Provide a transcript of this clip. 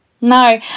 No